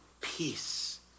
Peace